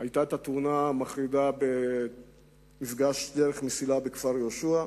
היתה התאונה המחרידה במפגש דרך-מסילה בכפר-יהושע.